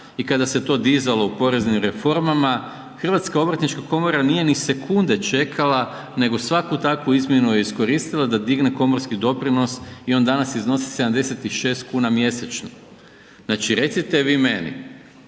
i kada se to dizalo u poreznim reformama, HOK nije ni sekunde čekala nego svaku takvu izmjenu je iskoristila da digne komorski doprinos i on danas iznosi 76 kuna mjesečno. Znači recite vi meni,